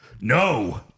no